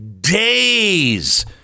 days